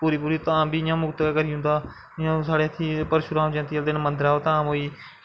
पूरी पूरी धाम गै इ'यां मुफ्त गै करी जंदा जि'यां साढ़ै इत्थें परशुराम ज्यंति आह्ले दिन धाम होई